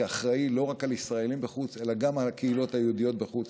כאחראים לא רק לישראלים בחוץ אלא גם לקהילות היהודיות בחוץ,